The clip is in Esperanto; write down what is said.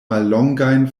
mallongajn